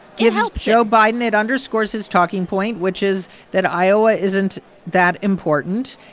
gives joe biden it underscores his talking point, which is that iowa isn't that important.